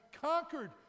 conquered